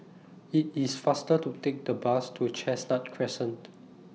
IT IS faster to Take The Bus to Chestnut Crescent